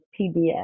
PBS